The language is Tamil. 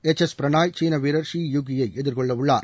எச் எஸ் பிரணாய் சீன வீரர் ஷி யுகீயை எதிர்கொள்ளவுள்ளார்